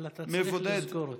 אבל אתה צריך לסגור אותו.